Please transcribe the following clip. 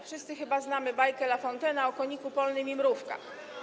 Wszyscy chyba znamy bajkę La Fontaine’a o koniku polnym i mrówkach.